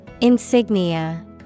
Insignia